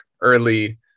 early